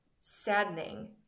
saddening